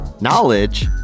Knowledge